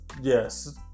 Yes